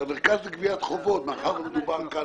שהמרכז לגביית חובות מאחר ומדובר כאן